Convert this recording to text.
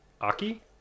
Aki